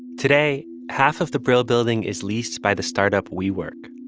today, half of the brill building is leased by the startup we work.